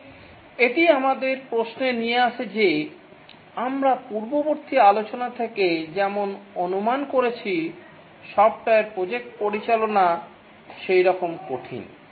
এবং এটি আমাদের প্রশ্নে নিয়ে আসে যে আমরা পূর্ববর্তী আলোচনা থেকে যেমন অনুমান করেছি সফ্টওয়্যার প্রজেক্ট পরিচালনা সেইরকম কঠিন